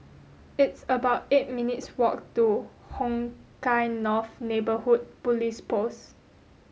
it's about eight minutes' walk to Hong Kah North Neighbourhood Police Post